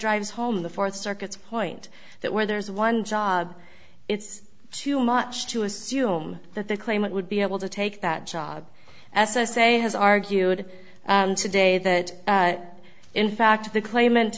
drives home the fourth circuit's point that where there's one job it's too much to assume that the claimant would be able to take that job as i say has argued and today that in fact the claim